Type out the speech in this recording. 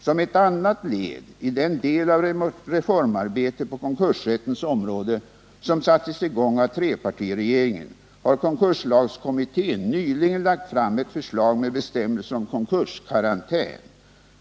Som ett andra led i den del av reformarbetet på konkursrättens område som sattes i gång av trepartiregeringen har konkurslagkommittén nyligen lagt fram ett förslag med bestämmelser om konkurskarantän.